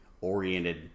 oriented